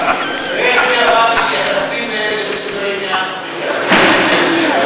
יהיה, מתייחסים לאלה שבאים מאפריקה?